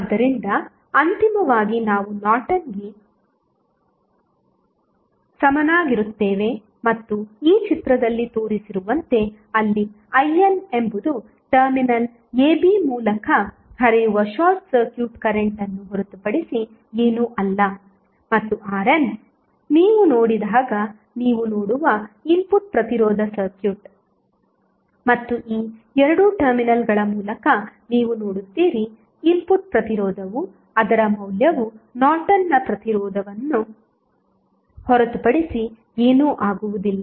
ಆದ್ದರಿಂದ ಅಂತಿಮವಾಗಿ ನಾವು ನಾರ್ಟನ್ಗೆ ಸಮನಾಗಿರುತ್ತೇವೆ ಮತ್ತು ಈ ಚಿತ್ರದಲ್ಲಿ ತೋರಿಸಿರುವಂತೆ ಅಲ್ಲಿ IN ಎಂಬುದು ಟರ್ಮಿನಲ್ ab ಮೂಲಕ ಹರಿಯುವ ಶಾರ್ಟ್ ಸರ್ಕ್ಯೂಟ್ ಕರೆಂಟ್ ಅನ್ನು ಹೊರತುಪಡಿಸಿ ಏನೂ ಅಲ್ಲ ಮತ್ತು RN ನೀವು ನೋಡಿದಾಗ ನೀವು ನೋಡುವ ಇನ್ಪುಟ್ ಪ್ರತಿರೋಧ ಸರ್ಕ್ಯೂಟ್ ಮತ್ತು ಈ 2 ಟರ್ಮಿನಲ್ಗಳ ಮೂಲಕ ನೀವು ನೋಡುತ್ತೀರಿ ಇನ್ಪುಟ್ ಪ್ರತಿರೋಧವು ಅದರ ಮೌಲ್ಯವು ನಾರ್ಟನ್ನ ಪ್ರತಿರೋಧವನ್ನು ಹೊರತುಪಡಿಸಿ ಏನೂ ಆಗುವುದಿಲ್ಲ